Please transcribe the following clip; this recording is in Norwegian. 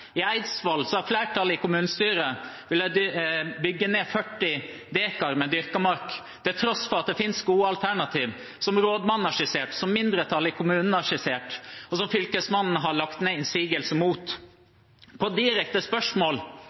I Eidsvoll vil flertallet i kommunestyret bygge ned 40 dekar med dyrket mark, til tross for at det finnes gode alternativer som rådmannen har skissert, som mindretallet i kommunen har skissert og Fylkesmannen har lagt ned innsigelse mot. På direkte spørsmål